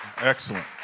Excellent